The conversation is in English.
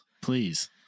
please